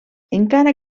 encara